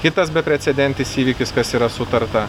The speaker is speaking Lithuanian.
kitas beprecedentis įvykis kas yra sutarta